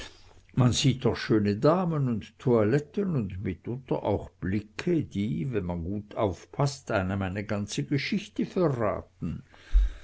man sieht doch schöne damen und toiletten und mitunter auch blicke die wenn man gut aufpaßt einem eine ganze geschichte verraten